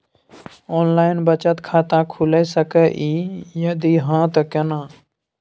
Online बचत खाता खुलै सकै इ, यदि हाँ त केना?